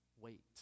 Wait